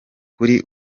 kuri